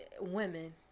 women